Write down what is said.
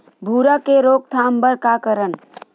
भूरा के रोकथाम बर का करन?